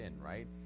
right